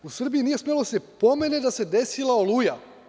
U Srbiji nije smelo da se pomene da se desila "Oluja"